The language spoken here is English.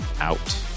out